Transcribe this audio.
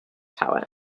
tower